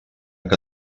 que